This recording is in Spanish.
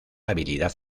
habilidad